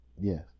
Yes